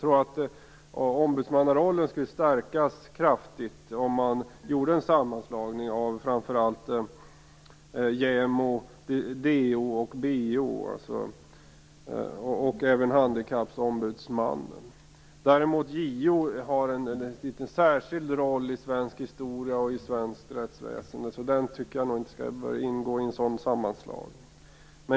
Ombudsmannarollen skulle stärkas kraftigt om man gjorde en sammanslagning av JämO, DO, BO och Handikappombudsmannen. Däremot har JO en särskild roll i svensk historia och i svenskt rättsväsende och bör därför inte ingå i en sådan sammanslagning.